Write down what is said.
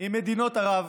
עם מדינות ערב.